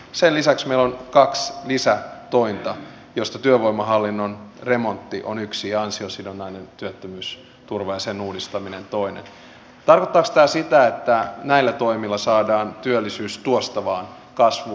sen lisäksi ne on kaks lisää toimintaa josta työvoimahallinnon remontti on yksi ansiosidonnainen työttömyys turvaa sen uudistaminen tarkoittaako tämä sitä että näillä toimilla saadaan työllisyys tuosta vain kasvuun